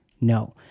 no